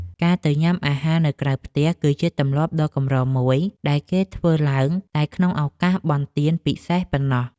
ការទៅញ៉ាំអាហារនៅខាងក្រៅផ្ទះ គឺជាទម្លាប់ដ៏កម្រមួយដែលគេធ្វើឡើងតែក្នុងឱកាសបុណ្យទានពិសេសប៉ុណ្ណោះ។